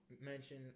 mention